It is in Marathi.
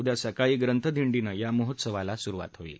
उद्या सकाळी ग्रंथदिंडीनं या महोत्सवाला सुरुवात होईल